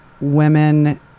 women